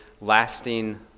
lasting